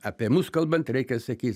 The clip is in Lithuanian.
apie mus kalbant reikia sakyt